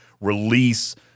release